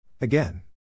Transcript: Again